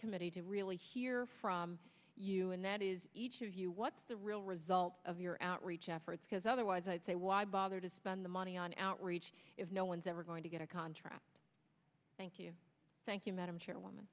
subcommittee to really hear from you and that is each of you what's the real result of your outreach efforts because otherwise i'd say why bother to spend the money on outreach if no one's ever going to get a contract thank you thank you madam chairwoman